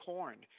Corn